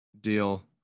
deal